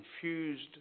confused